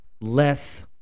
less